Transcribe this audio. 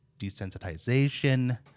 desensitization